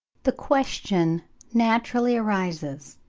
the question naturally arises,